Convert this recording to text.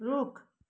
रुख